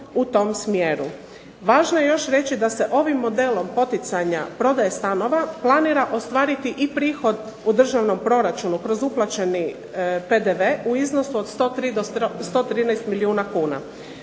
u tom smjeru. Važno je još reći da se ovim modelom poticanja prodaje stanova planira ostvariti i prihod u državnom proračunu kroz uplaćeni PDV u iznosu od 103 do 113 milijuna kuna.